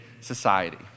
society